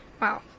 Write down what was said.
Wow